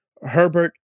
Herbert